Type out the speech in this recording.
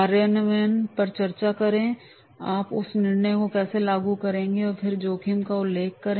कार्यान्वयन पर चर्चा करें आप उस निर्णय को कैसे लागू करेंगे और फिर जोखिम का उल्लेख करें